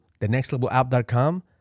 thenextlevelapp.com